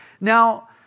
Now